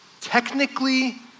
technically